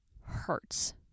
hurts